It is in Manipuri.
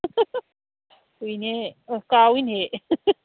ꯎꯏꯅꯦ ꯑꯣ ꯀꯥꯎꯏꯅꯦ